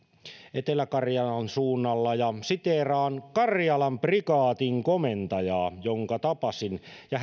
etelä karjalan suunnalla ja siteeraan karjalan prikaatin komentajaa jonka tapasin ja